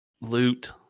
loot